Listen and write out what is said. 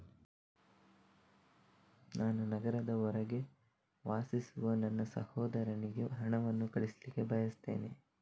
ನಾನು ನಗರದ ಹೊರಗೆ ವಾಸಿಸುವ ನನ್ನ ಸಹೋದರನಿಗೆ ಹಣವನ್ನು ಕಳಿಸ್ಲಿಕ್ಕೆ ಬಯಸ್ತೆನೆ